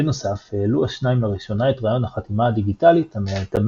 בנוסף העלו השניים לראשונה את רעיון החתימה הדיגיטלית המדמה